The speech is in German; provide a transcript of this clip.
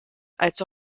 als